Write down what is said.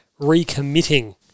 recommitting